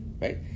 right